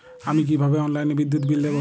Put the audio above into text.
আমি কিভাবে অনলাইনে বিদ্যুৎ বিল দেবো?